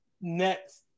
next